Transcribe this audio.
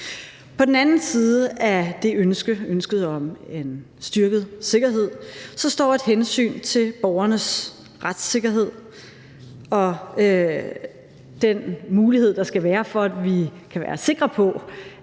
På den anden side af det ønske – ønsket om en styrket sikkerhed – står et hensyn til borgernes retssikkerhed og den mulighed, der skal være for, at vi kan være sikre på,